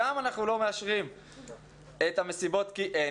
גם אנחנו לא מאשרים את המסיבות כי אין